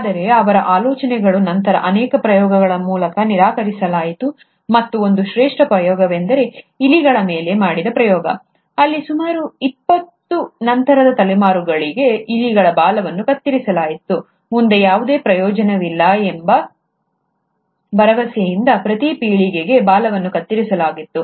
ಆದರೆ ಅವರ ಆಲೋಚನೆಗಳನ್ನು ನಂತರ ಅನೇಕ ಪ್ರಯೋಗಗಳ ಮೂಲಕ ನಿರಾಕರಿಸಲಾಯಿತು ಮತ್ತು ಒಂದು ಶ್ರೇಷ್ಠ ಪ್ರಯೋಗವೆಂದರೆ ಇಲಿಗಳ ಮೇಲೆ ಮಾಡಿದ ಪ್ರಯೋಗ ಅಲ್ಲಿ ಸುಮಾರು ಇಪ್ಪತ್ತು ನಂತರದ ತಲೆಮಾರುಗಳವರೆಗೆ ಇಲಿಗಳ ಬಾಲವನ್ನು ಕತ್ತರಿಸಲಾಯಿತು ಮುಂದೆ ಯಾವುದೇ ಪ್ರಯೋಜನವಿಲ್ಲ ಎಂಬ ಭರವಸೆಯಿಂದ ಪ್ರತಿ ಪೀಳಿಗೆಗೆ ಬಾಲವನ್ನು ಕತ್ತರಿಸಲಾಗುತ್ತದೆ